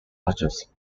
largest